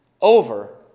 over